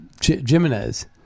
Jimenez